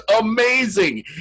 amazing